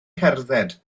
cerdded